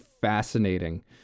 fascinating